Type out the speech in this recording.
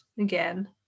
again